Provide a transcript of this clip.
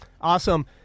awesome